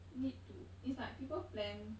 need to it's like people plan